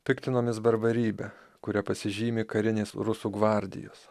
piktinomės barbarybe kuria pasižymi karinės rusų gvardijos